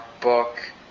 book